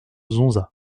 zonza